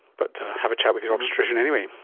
but have a chat with your obstetrician anyway.